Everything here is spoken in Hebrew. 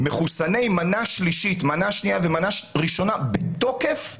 מחוסני מנה שלישית, מנה ראשונה ושנייה בתוקף,